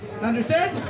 Understood